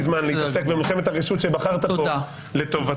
זמן להתעסק במלחמת הרשות שבחרת לטובתך.